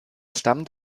stammt